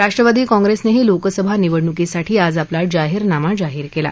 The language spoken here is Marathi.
राष्ट्रवादी काँग्रस्मिही लोकसभा निवडणुकीसाठी आज आपला जाहीरनामा जाहीर कला